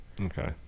Okay